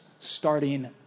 starting